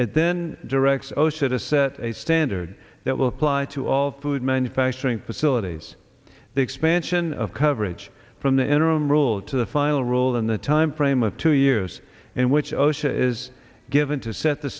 then directs osha to set a standard that will apply to all food manufacturing facilities the expansion of coverage from the interim rule to the final rule in the timeframe of two years in which osha is given to set the